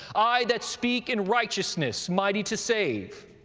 i that speak in righteousness, mighty to save.